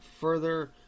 further